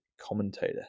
commentator